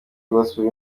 gospel